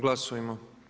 Glasujmo.